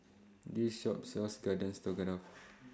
This Shop sells Garden Stroganoff